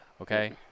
okay